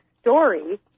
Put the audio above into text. story